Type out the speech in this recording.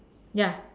ya